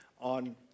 on